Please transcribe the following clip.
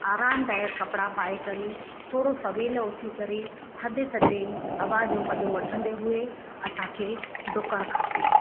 आरामदायक कपिड़ा पाए करे थोरो सवेल उथी करे थदे थदे हवा जो मजो वठंदे हुए असांखे ॾुकणु खपे